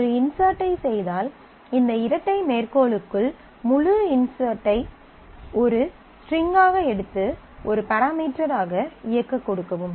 நாம் ஒரு இன்ஸெர்ட் ஐ செய்தால் இந்த இரட்டை மேற்கோளுக்குள் முழு இன்ஸெர்ட் ஐயும் ஒரு ஸ்ட்ரிங் ஆக எடுத்து ஒரு பாராமீட்டர் ஆக இயக்க கொடுக்கவும்